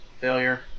failure